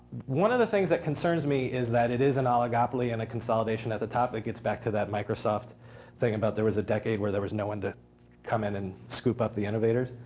one of the things that concerns me is that it is an oligopoly and a consolidation at the top. it gets back to that microsoft thing about there was a decade where there was no one to come in and scoop up the innovators.